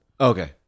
Okay